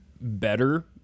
better